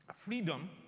Freedom